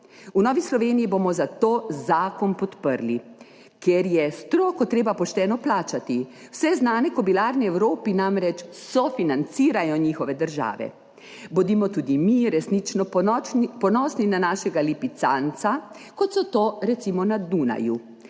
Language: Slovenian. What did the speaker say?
V Novi Sloveniji bomo zakon podprli, ker je stroko treba pošteno plačati. Vse znane kobilarne v Evropi namreč sofinancirajo njihove države, bodimo tudi mi resnično ponosni na našega lipicanca, kot so to recimo na Dunaju.